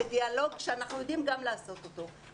בדיאלוג שאנחנו יודעים גם לעשות אותו.